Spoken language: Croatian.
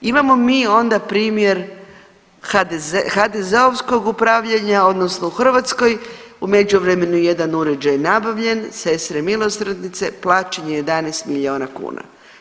Imamo mi onda primjer HDZ-ovskog upravljanja odnosno u Hrvatskoj, u međuvremenu je jedan uređaj nabavljen Sestre milosrdnice, plaćen je 11 miliona kuna.